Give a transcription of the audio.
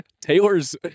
Taylor's